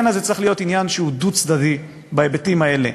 זה צריך להיות עניין שהוא דו-צדדי בהיבטים האלה.